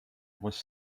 was